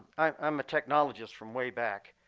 i'm a technologist from way back.